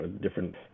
different